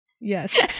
Yes